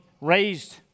Raised